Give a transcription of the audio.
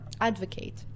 Advocate